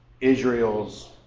Israel's